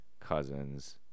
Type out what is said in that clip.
Cousins